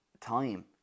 time